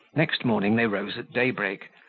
next morning they rose at daybreak,